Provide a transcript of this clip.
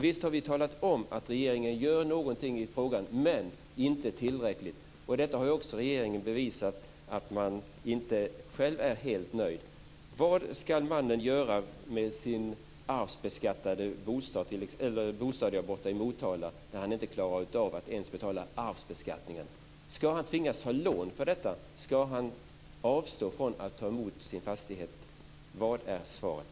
Visst har vi talat om att regeringen gör något i frågan, men man gör inte tillräckligt. Regeringen har också bevisat att man inte själv är helt nöjd med detta. Vad ska mannen göra med sin arvsbeskattade bostad i Motala, när han inte ens klarar av att betala arvskatten? Ska han tvingas ta lån? Ska han avstå från att ta emot sin fastighet? Vad är svaret?